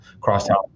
Crosstown